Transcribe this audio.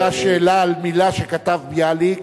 היתה שאלה על מלה שכתב ביאליק,